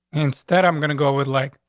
instead, i'm gonna go with, like,